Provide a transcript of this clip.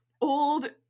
old